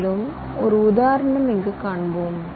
மேலும் ஒரு உதாரணம் இங்கு காண்போம்